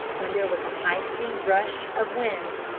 when there was an icy rush of wind,